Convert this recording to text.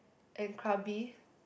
and Krabi